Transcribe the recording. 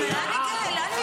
בסדר.